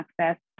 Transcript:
access